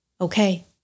Okay